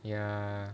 ya